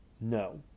no